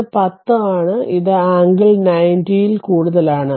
ഇത് 10 ആണ് ഇത് ആംഗിൾ 90 ൽ കൂടുതലാണ്